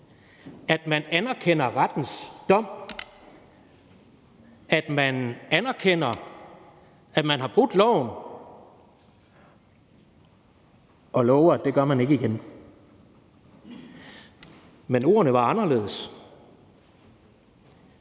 at man anerkender rettens dom, at man anerkender, at man har brudt loven, og lover, at det gør man ikke igen. Men ordene var anderledes,